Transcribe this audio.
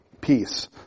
peace